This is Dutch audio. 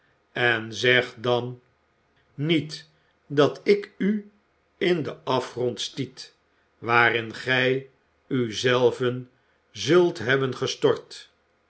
en zeg dan niet dat ik u in den afgrond stiet waarin gij u zelven zult hebben gestort